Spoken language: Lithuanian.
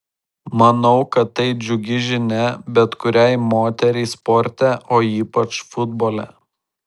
manau kad tai džiugi žinia bet kuriai moteriai sporte o ypač futbole